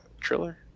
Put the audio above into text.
Triller